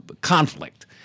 conflict